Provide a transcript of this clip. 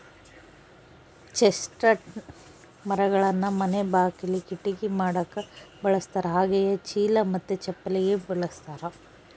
chestnut ಮರಗಳನ್ನ ಮನೆ ಬಾಕಿಲಿ, ಕಿಟಕಿ ಮಾಡಕ ಬಳಸ್ತಾರ ಹಾಗೆಯೇ ಚೀಲ ಮತ್ತೆ ಚಪ್ಪಲಿಗೆ ಬಳಸ್ತಾರ